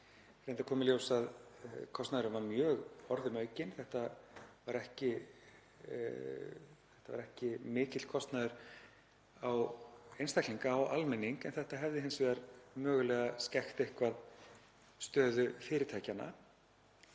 Reyndar kom í ljós að kostnaðurinn var mjög orðum aukinn. Þetta var ekki mikill kostnaður á einstaklinga, á almenning, en þetta hefði hins vegar mögulega skekkt eitthvað stöðu fyrirtækjanna.